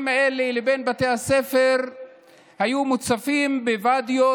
האלה לבין בתי הספר היו מוצפות בוואדיות,